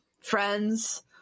friends